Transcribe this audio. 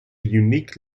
unique